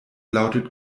lautet